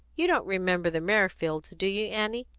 you don't remember the merrifields, do you, annie?